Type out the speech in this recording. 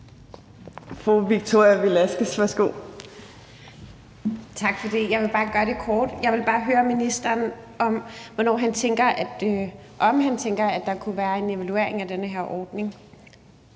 Victoria Velasquez (EL): Tak for det. Jeg vil gøre det kort. Jeg vil bare høre ministeren, om han tænker, at der kunne blive foretaget en evaluering af den her ordning.